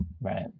Right